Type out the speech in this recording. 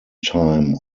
time